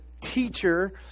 teacher